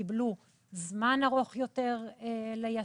קיבלו זמן ארוך יותר ליישם,